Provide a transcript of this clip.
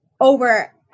over